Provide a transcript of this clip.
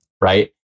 right